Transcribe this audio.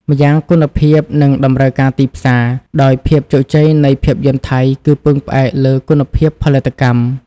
ម្យ៉ាងគុណភាព និងតម្រូវការទីផ្សារ ដោយភាពជោគជ័យនៃភាពយន្តថៃគឺពឹងផ្អែកលើ គុណភាពផលិតកម្ម។